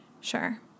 Sure